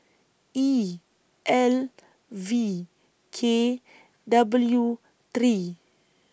E L V K W three